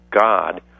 God